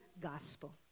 gospel